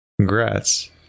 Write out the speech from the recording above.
Congrats